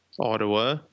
Ottawa